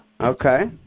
Okay